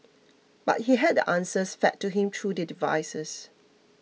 but he had the answers fed to him through the devices